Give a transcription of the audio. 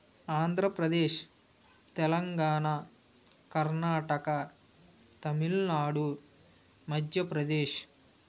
Andhra Pradesh Telangana Karnataka Tamil Nadu Madhya Pradesh